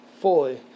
fully